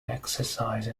exercise